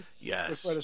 Yes